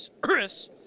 Chris